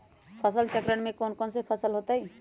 फसल चक्रण में कौन कौन फसल हो ताई?